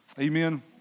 Amen